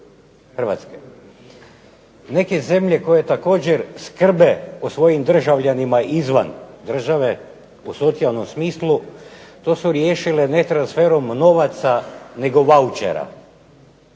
Hrvatske. Neke zemlje koje također skrbe o svojim državljanima izvan države u socijalnom smislu to su riješile ne transferom novaca nego vaučera